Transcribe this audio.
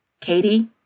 Katie